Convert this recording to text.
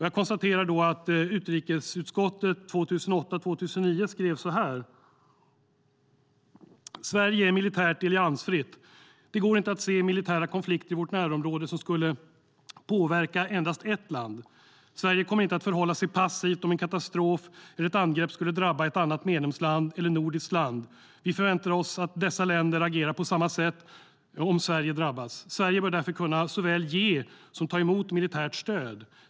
Jag konstaterar att utrikesutskottet 2008/09 skrev följande: Sverige är militärt alliansfritt. Det går inte att se militära konflikter i vårt närområde som skulle påverka endast ett land. Sverige kommer inte att förhålla sig passivt om en katastrof eller ett angrepp skulle drabba ett annat medlemsland eller nordiskt land. Vi förväntar oss att dessa länder agerar på samma sätt om Sverige drabbas. Sverige bör därför kunna såväl ge som ta emot militärt stöd.